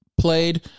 played